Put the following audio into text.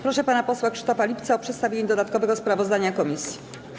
Proszę pana posła Krzysztofa Lipca o przedstawienie dodatkowego sprawozdania komisji.